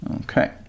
Okay